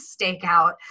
stakeout